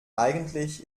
eigentlich